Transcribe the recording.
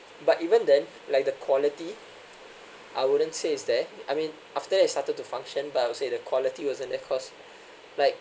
but even then like the quality I wouldn't say it's that I mean after it started to function but I would say the quality wasn't net cost like